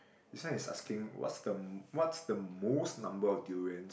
this one is asking what's the what's the most number of durians